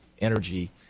energy